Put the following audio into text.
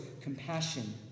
compassion